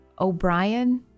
O'Brien